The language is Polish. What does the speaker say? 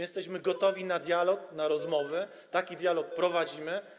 Jesteśmy gotowi na dialog, na rozmowy, taki dialog prowadzimy.